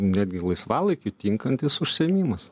netgi laisvalaikiui tinkantis užsiėmimas